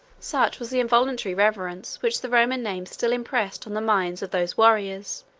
such was the involuntary reverence which the roman name still impressed on the minds of those warriors,